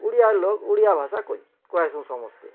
ଓଡ଼ିଆ ଲୋକ୍ ଓଡ଼ିଆ ଭାଷା କହେସୁ ସମସ୍ତେ